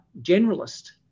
generalist